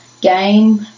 game